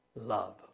love